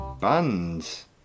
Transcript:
bands